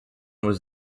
was